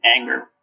anger